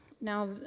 Now